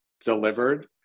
delivered